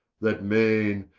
that maine,